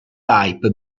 type